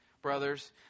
brothers